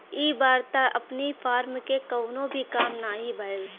इ बार त अपनी फर्म के कवनो भी काम नाही भयल